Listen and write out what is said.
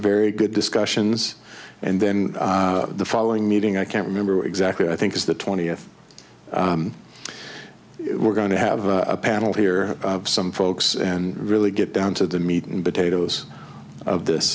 very good discussions and then the following meeting i can't remember exactly i think it's the twentieth we're going to have a panel here some folks and really get down to the meat and potatoes of this